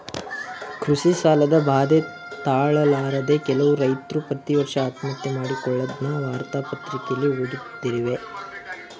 ಕೃಷಿ ಸಾಲದ ಬಾಧೆ ತಾಳಲಾರದೆ ಕೆಲವು ರೈತ್ರು ಪ್ರತಿವರ್ಷ ಆತ್ಮಹತ್ಯೆ ಮಾಡಿಕೊಳ್ಳದ್ನ ವಾರ್ತಾ ಪತ್ರಿಕೆಲಿ ಓದ್ದತಿರುತ್ತೇವೆ